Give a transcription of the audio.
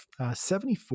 74%